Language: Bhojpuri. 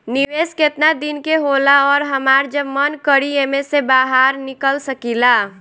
निवेस केतना दिन के होला अउर हमार जब मन करि एमे से बहार निकल सकिला?